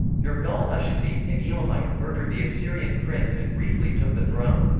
nergal-ushezib, an elamite, murdered the assyrian prince and briefly took the throne.